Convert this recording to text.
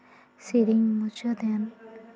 ᱥᱮᱨᱮᱧ ᱢᱩᱪᱟᱹᱫᱼᱮᱱ